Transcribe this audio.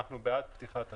אנחנו בעד פתיחת הצימרים.